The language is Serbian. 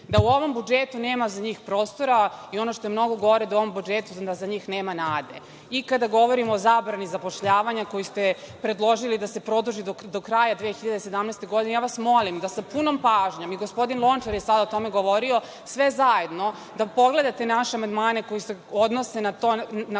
Da u ovom budžetu nema za njih prostora i ono što je mnogo gore, da u ovom budžetu za njih nema nade. Kada govorimo o zabrani zapošljavanja koji ste predložili da se produži do kraja 2017. Godine, ja vas molim da sa punom pažnjom, i gospodin Lončar je sada o tome govorio, sve zajedno, da pogledate naše amandmane koji se odnose na to